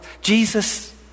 Jesus